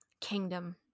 kingdom